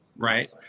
right